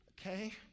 okay